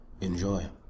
Enjoy